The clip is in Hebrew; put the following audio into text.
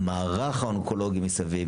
המערך האונקולוגי מסביב